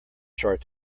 chart